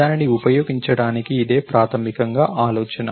దానిని ఉపయోగించడానికి ఇదే ప్రాథమికంగా ఆలోచన